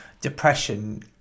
depression